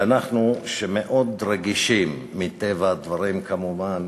ואנחנו מאוד רגישים, מטבע הדברים, כמובן,